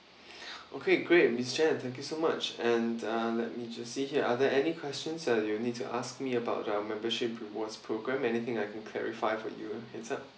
okay great miss jan thank you so much and uh let me just see here are there any questions that you need to ask me about the membership rewards programme anything I can clarify for you